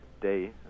day